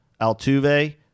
Altuve